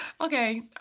Okay